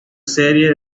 serie